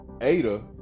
Ada